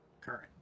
current